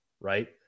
right